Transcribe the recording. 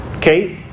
Kate